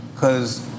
Cause